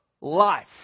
life